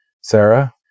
Sarah